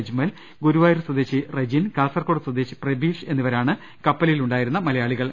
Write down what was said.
അജ്മൽ ഗുരുവായൂർ സ്വദേശി റെജിൻ കാസർകോട് സ്വദേശി പ്രബീഷ് എന്നിവരാണ് കപ്പലിൽ ഉണ്ടായി രുന്ന മലയാളികൾ